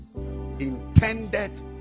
Intended